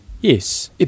Yes